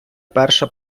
перша